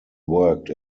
worked